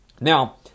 Now